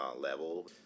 level